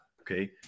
Okay